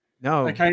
No